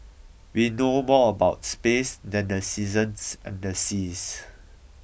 we know more about space than the seasons and the seas